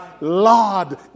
Lord